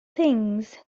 things